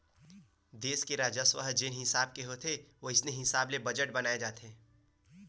देस के राजस्व ह जेन हिसाब के होथे ओसने हिसाब ले बजट बनाए जाथे